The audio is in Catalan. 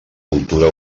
cultura